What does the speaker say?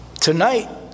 tonight